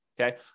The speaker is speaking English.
Okay